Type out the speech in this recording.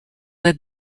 led